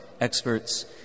experts